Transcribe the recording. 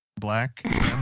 Black